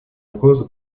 угроза